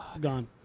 gone